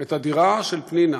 את הדירה של פנינה